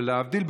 ולהבדיל,